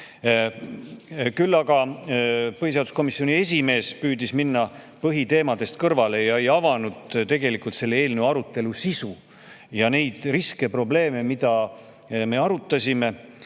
Küll aga püüdis põhiseaduskomisjoni esimees minna põhiteemadest kõrvale ja ei avanud tegelikult selle eelnõu arutelu sisu ning neid riske ja probleeme, mida me arutasime